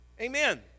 Amen